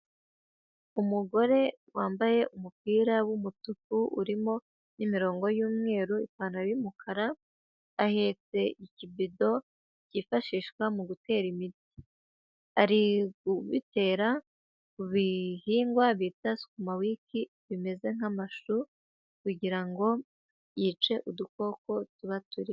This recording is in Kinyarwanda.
Umugore wambaye umupira w'umutuku urimo n'imirongo y'umweru, ipantaro y'umukara, ahetse ikibido kifashishwa mu gutera imiti, ari kubitera ku bihingwa bita sukumawiki bimeze nkamashu kugira ngo yice udukoko tuba turiho.